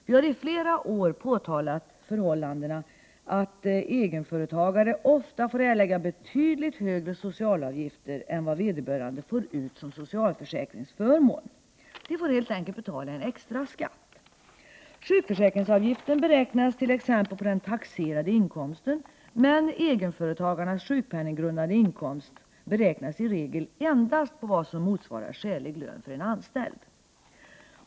Vi har i flera år påtalat förhållandet att egenföretagare ofta får erlägga betydligt högre socialavgifter än vad vederbörande får ut som socialförsäkringsförmån. De får helt enkelt betala en extra skatt. Sjukförsäkringsavgiften beräknas t.ex. på den taxerade inkomsten, men egenföretagarens sjukpenninggrundande inkomst beräknas i regel endast på vad som motsvarar skälig lön för en anställd.